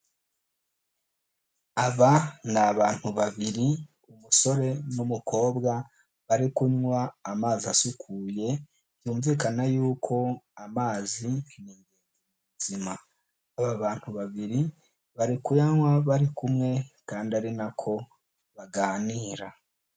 Aba ni abantu babiri umusore n'umukobwa bari kunywa amazi asukuye byumvikana yuko amazi n'ingenzi k'ubuzima, aba bantu babiri bari kuyanywa bari kumwe kandi ari nako baganira.